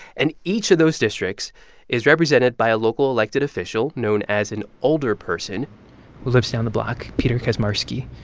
and each of those districts is represented by a local elected official known as an alderperson who lives down the block peter kaczmarski.